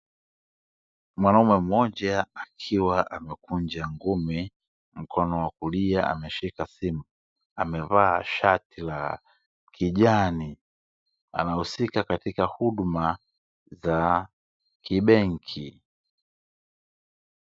Mwanaume mmoja akiwa amekunja ngumi mkono wa kulia, ameshika simu amevaa shati la kijani anahusika katika huduma za kibenki.